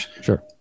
sure